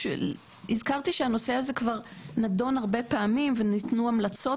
הזכרתי שהנושא הזה כבר נדון הרבה פעמים וניתנו המלצות,